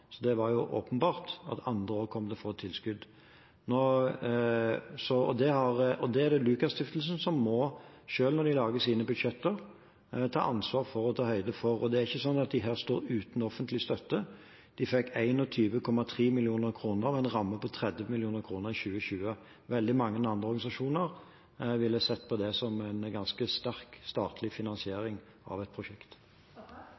så det var åpenbart at andre også kom til å få tilskudd. Det er det Lukas Stiftelsen selv som må ta ansvar og høyde for når de lager sine budsjetter. Det er ikke slik at de står uten offentlig støtte. De fikk 21,3 mill. kr av en ramme på 30 mill. kr i 2020. Veldig mange andre organisasjoner ville sett på det som en ganske sterk statlig